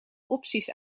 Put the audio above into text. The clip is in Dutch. opties